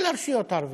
כל הרשויות הערביות.